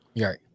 right